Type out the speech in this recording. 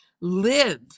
live